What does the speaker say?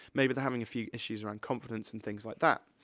maybe they're having a few issues around confidence and things like that.